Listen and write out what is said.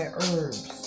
herbs